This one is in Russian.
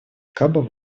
кабо